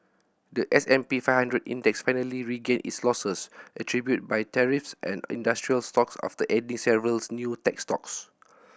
the S and P five hundred Index finally regained its losses attributed by tariffs on industrial stocks after adding several new tech stocks